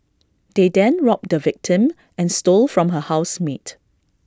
they then robbed the victim and stole from her housemate